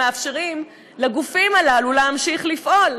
מאפשרים לגופים הללו להמשיך לפעול,